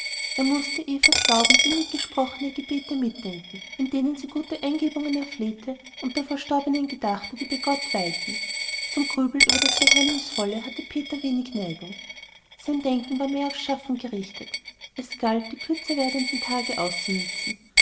er mußte evas laut und innig gesprochene gebete mitdenken in denen sie gute eingebungen erflehte und der verstorbenen gedachte die bei gott weilten zum grübeln über das geheimnisvolle hatte peter wenig neigung sein denken war mehr aufs schaffen gerichtet es galt die kürzer werdenden tage auszunützen